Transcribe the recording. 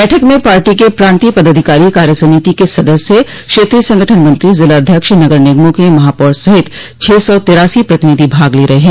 बैठक में पार्टी के प्रान्तीय पदाधिकारी कार्यसमिति के सदस्य क्षेत्रीय संगठन मंत्री जिलाध्यक्ष नगर निगमों के महापौर सहित छह सौ तिरासी प्रतिनिधि भाग ले रहे हैं